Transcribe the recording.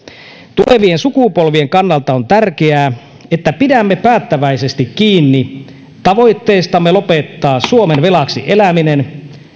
tulevien sukupolvien kannalta on tärkeää että pidämme päättäväisesti kiinni tavoitteestamme lopettaa suomen velaksi eläminen